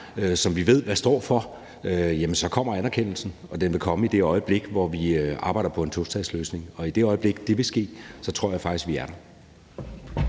som vi ved hvad står for, jamen så kommer anerkendelsen, og den vil komme i det øjeblik, hvor vi arbejder på en tostatsløsning. Og i det øjeblik det vil ske, tror jeg faktisk, vi er der.